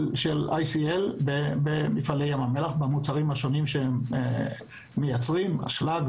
של ICL במפעלי ים המלח במוצרים השונים שהם מייצרים אשלג,